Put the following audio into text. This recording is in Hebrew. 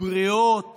בריאות